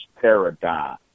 paradigm